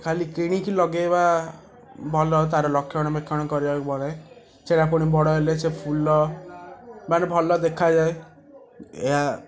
ଖାଲି କିଣିକି ଲଗାଇବା ଭଲ ତା'ର ରକ୍ଷଣବେକ୍ଷଣ କରିବାକୁ ପଡ଼େ ସେଇଟା ପୁଣି ବଡ଼ ହେଲେ ସେ ଫୁଲମାନେ ଭଲ ଦେଖାଯାଏ ଏହା